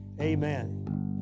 Amen